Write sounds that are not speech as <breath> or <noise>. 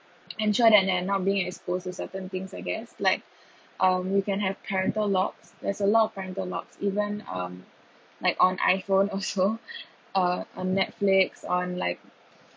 <noise> ensure that they're not being exposed to certain things I guess like <breath> uh we can have parental locks there's a lot of parental locks even um like on iPhone also <laughs> uh on Netflix on like